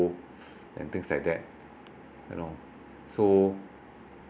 you and things like that you know so